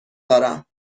دارم